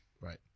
Right